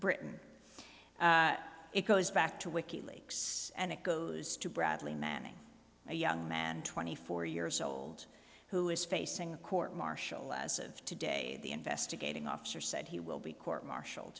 britain it goes back to wiki leaks and it goes to bradley manning a young man twenty four years old who is facing a court martial as of today the investigating officer said he will be court marshal